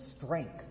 strength